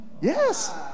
Yes